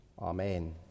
Amen